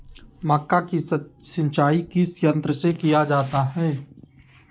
मक्का की सिंचाई किस यंत्र से किया जाता है?